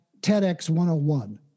TEDx101